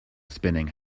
spinning